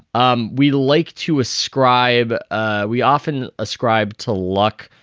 um we like to ascribe ah we often ascribe to luck,